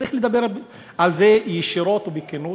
צריך לדבר על זה ישירות ובכנות.